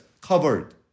covered